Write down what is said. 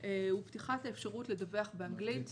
הם פתיחת האפשרות לדווח באנגלית.